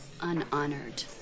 unhonored